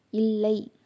இல்லை